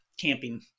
camping